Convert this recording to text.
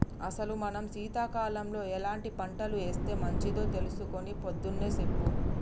అసలు మనం సీతకాలంలో ఎలాంటి పంటలు ఏస్తే మంచిదో తెలుసుకొని పొద్దున్నే సెప్పు